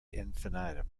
infinitum